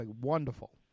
wonderful